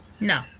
no